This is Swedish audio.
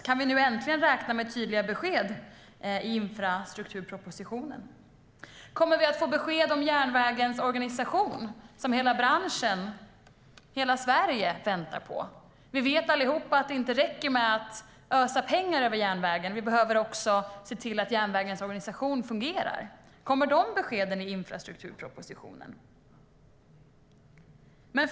Kan vi nu äntligen räkna med tydliga besked i infrastrukturpropositionen? Kommer vi att få besked om järnvägens organisation, som hela branschen och hela Sverige väntar på? Vi vet allihop att det inte räcker med att ösa pengar över järnvägen. Vi behöver också se till att järnvägens organisation fungerar. Kommer de beskeden i infrastrukturpropositionen? Fru talman!